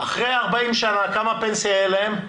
אחרי 40 שנה כמה פנסיה תהיה להם?